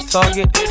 Target